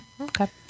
okay